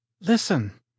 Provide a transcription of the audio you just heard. listen